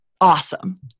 awesome